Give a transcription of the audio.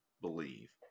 believe